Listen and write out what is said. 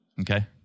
Okay